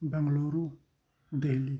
Bengaluru Delhi